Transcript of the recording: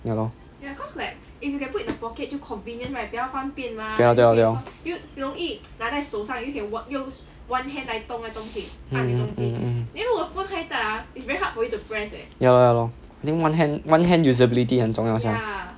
ya lor 对 lor 对 lor 对 lor mm mm mm ya lor ya lor I think one hand one hand usability 很重要 sia